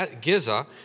Giza